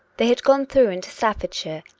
they had gone through into staffordshire,